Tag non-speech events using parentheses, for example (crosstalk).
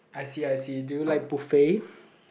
I see I see do you like buffet (breath)